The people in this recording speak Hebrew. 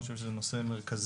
אני חושב שזה נושא מרכזי.